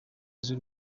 z’u